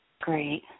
Great